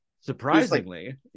surprisingly